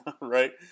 right